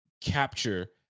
capture